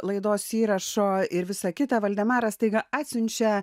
laidos įrašo ir visa kita valdemaras staiga atsiunčia